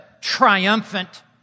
triumphant